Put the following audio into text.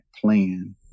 plan